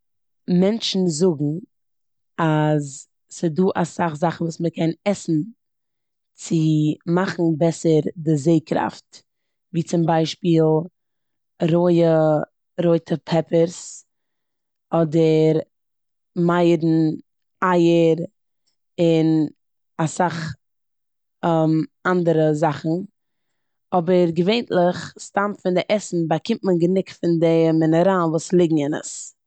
מענטשן זאגן אז ס'דא אסאך זאכן וואס מ'קען עסן צו מאכן בעסער די זע-קראפט ווי צום ביישפיל רויע רויטע פעפפערס אדער מייערן, אייער אדער אסאך אנדערע זאכן אבער געווענטליך, סתם פון די עסן, באקומט מען גענוג פון די מינעראלן וואס ליגן אין עס.